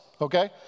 okay